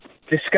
discuss